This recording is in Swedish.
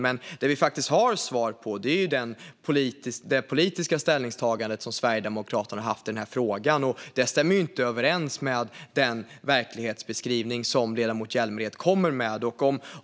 Men det vi har svar på är det politiska ställningstagande som Sverigedemokraterna har haft i den här frågan. Det stämmer ju inte överens med den verklighetsbeskrivning som ledamoten Hjälmered kommer med.